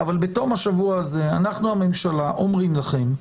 אבל בתום השבוע הזה אנחנו הממשלה אומרים לכם,